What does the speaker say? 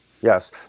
Yes